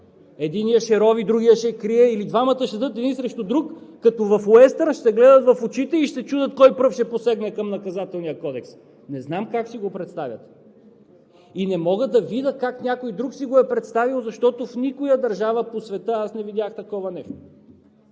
Единият ще рови, другият ще крие. Или двамата ще седят един срещу друг като в уестърн, ще се гледат в очите и ще се чудят кой пръв ще посегне към Наказателния кодекс. Не знам как си го представяте. И не мога да видя как някой друг си го е представил, защото в никоя държава по света аз не видях такова нещо.